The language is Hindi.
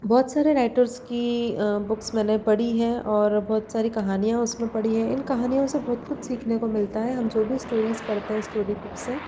बहुत सारे राइटर्स की बुक्स मैंने पढ़ी है और बहुत सारी कहानियाँ उसमें पढ़ी है इन कहानियों से बहुत कुछ सीखने को मिलता है हम जो भी स्टोरीज़ पढ़ते हैं स्टोरी बुक से